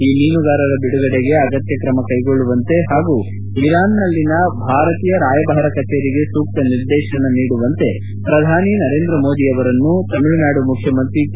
ಈ ಮೀನುಗಾರರ ಬಿಡುಗಡೆಗೆ ಅಗತ್ಯ ಕ್ರಮ ಕೈಗೊಳ್ಳುವಂತೆ ಹಾಗೂ ಇರಾನಲ್ಲಿನ ಭಾರತೀಯ ರಾಯಭಾರ ಕಚೇರಿಗೆ ಸೂಕ್ತ ನಿರ್ದೇಶನ ನೀಡುವಂತೆ ಪ್ರಧಾನಿ ನರೇಂದ್ರ ಮೋದಿಯವರನ್ನು ತಮಿಳುನಾಡು ಮುಖ್ಯಮಂತ್ರಿ ಕೆ